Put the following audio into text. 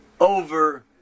over